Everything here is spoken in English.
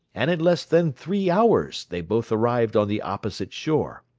and in less than three hours they both arrived on the opposite shore,